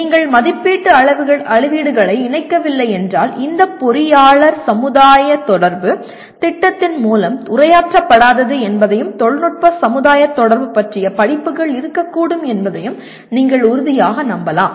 நீங்கள் மதிப்பீட்டு அளவீடுகளை இணைக்கவில்லை என்றால் இந்த பொறியாளர் சமுதாய தொடர்பு திட்டத்தின் மூலம் உரையாற்ற படாதது என்பதையும் தொழில்நுட்ப சமுதாய தொடர்பு பற்றிய படிப்புகள் இருக்கக்கூடும் என்பதையும் நீங்கள் உறுதியாக நம்பலாம்